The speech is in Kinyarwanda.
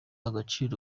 agaciro